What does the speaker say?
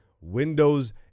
windows